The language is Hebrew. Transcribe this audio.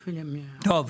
טוב.